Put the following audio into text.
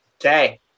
Okay